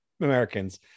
Americans